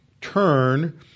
turn